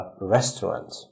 restaurant